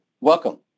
Welcome